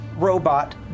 Robot